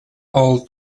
all